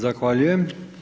Zahvaljujem.